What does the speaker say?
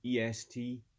EST